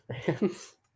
fans